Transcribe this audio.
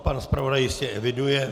Pan zpravodaj jistě eviduje.